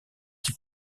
qui